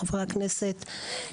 חברי הכנסת,